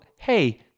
hey